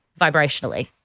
vibrationally